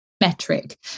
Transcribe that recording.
metric